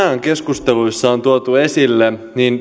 keskusteluissa on tuotu esille